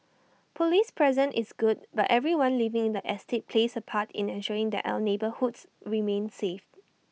Police presence is good but everyone living in the estate plays A part in ensuring that our neighbourhoods remain safe